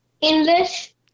English